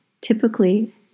typically